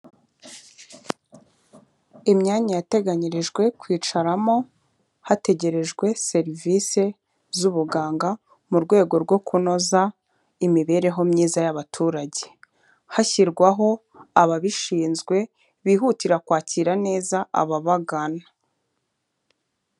Imyanya yateganyirijwe kwicaramo hategerejwe serivise z'ubuganga mu rwego rwo kunoza imibereho myiza y'abaturage, hashyirwaho ababishinzwe bihutira kwakira neza ababagana.